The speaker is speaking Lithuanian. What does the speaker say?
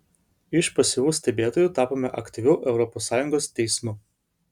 iš pasyvių stebėtojų tapome aktyviu europos sąjungos teismu